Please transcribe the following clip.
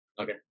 Okay